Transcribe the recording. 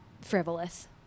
Frivolous